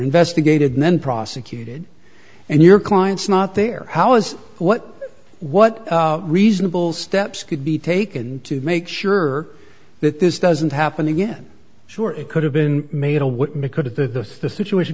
investigated and then prosecuted and your client's not there how as what what reasonable steps could be taken to make sure that this doesn't happen again sure it could have been made a what mco to the situation